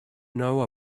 know